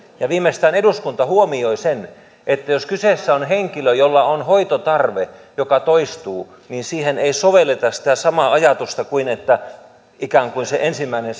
ja viimeistään eduskunta huomioi sen että jos kyseessä on henkilö jolla on hoitotarve joka toistuu niin siihen ei sovelleta sitä samaa ajatusta kuin että ikään kuin se ensimmäinen